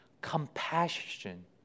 compassion